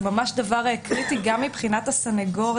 זה ממש דבר קריטי גם מבחינת הסניגורים.